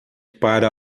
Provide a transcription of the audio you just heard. para